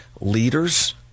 leaders